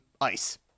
ice